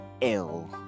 ill